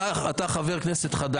אתה חבר כנסת חדש.